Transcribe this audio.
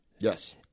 Yes